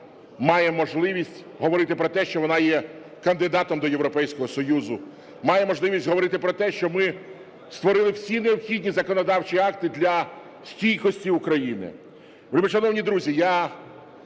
має можливість говорити про те, що вона є кандидатом до Європейського Союзу, має можливість говорити про те, що ми створили всі необхідні законодавчі акти для стійкості України.